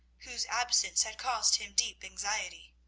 whose absence had caused him deep anxiety.